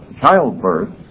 childbirth